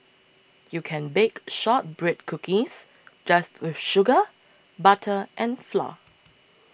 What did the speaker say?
you can bake Shortbread Cookies just with sugar butter and flour